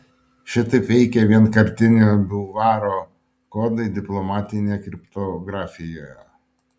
šitaip veikia vienkartinio biuvaro kodai diplomatinėje kriptografijoje